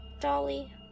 Dolly